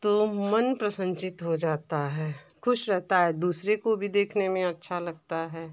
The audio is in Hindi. तो मन प्रसन्नचित्त हो जाता है ख़ुश रहता है दूसरे को भी देखने में अच्छा लगता है